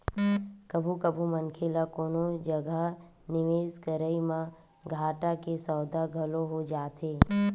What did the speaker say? कभू कभू मनखे ल कोनो जगा निवेस करई म घाटा के सौदा घलो हो जाथे